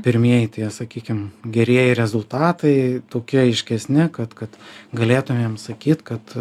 pirmieji tie sakykim gerieji rezultatai toki aiškesni kad kad galėtumėm sakyt kad